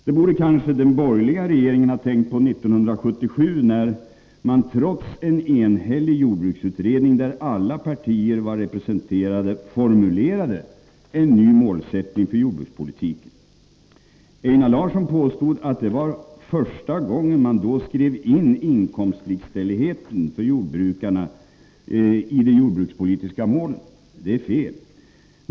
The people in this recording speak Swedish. Det borde kanske den borgerliga regeringen ha tänkt på 1977, när man trots en enhällig jordbruksutredning där alla partier var representerade formulerade en ny målsättning för jordbrukspolitiken. Einar Larsson påstod att det då var första gången man skrev in inkomstlik 25 ställigheten för jordbrukarna i de jordbrukspolitiska målen. Det är fel.